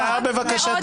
אפשר בבקשה?